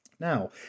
Now